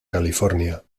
california